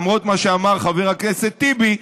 למרות מה שאמר חבר הכנסת טיבי,